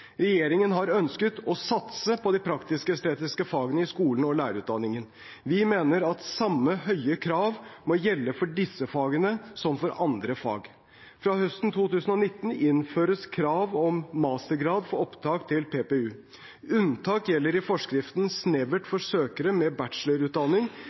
Regjeringen har ønsket å satse på de praktisk-estetiske fagene i skolen og lærerutdanningen. Vi mener at samme høye krav må gjelde for disse fagene som for andre fag. Fra høsten 2019 innføres krav om mastergrad for opptak til PPU. Unntak gjelder i forskriften snevert